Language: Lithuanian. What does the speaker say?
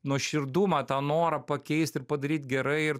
nuoširdumą tą norą pakeist ir padaryt gerai ir